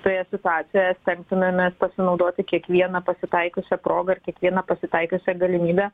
toje situacijoje stengtumėmės pasinaudoti kiekviena pasitaikiusia proga ir kiekviena pasitaikiusia galimybe